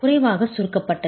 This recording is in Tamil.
குறைவாக சுருக்கப்பட்டது